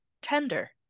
tender